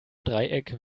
dreieck